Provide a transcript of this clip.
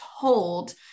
told